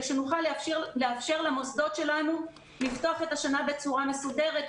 שנוכל לאפשר למוסדות שלנו לפתוח את השנה בצורה מסודרת.